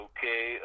Okay